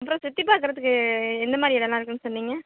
அப்புறம் சுற்றி பார்க்கறத்துக்கு எந்த மாரி இடம்லாம் இருக்குன்னு சொன்னிங்க